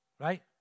right